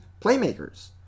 playmakers